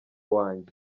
wanjye